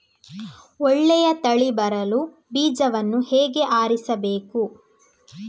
ಒಳ್ಳೆಯ ತಳಿ ಬರಲು ಬೀಜವನ್ನು ಹೇಗೆ ಆರಿಸಬೇಕು?